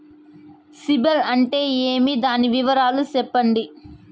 సిబిల్ అంటే ఏమి? దాని వివరాలు సెప్పండి?